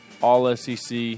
All-SEC